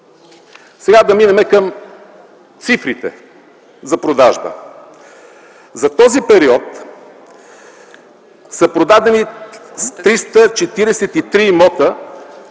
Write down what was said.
Сега да минем към цифрите за продажба. За този период са продадени 343 имота,